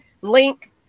link